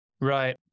Right